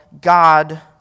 God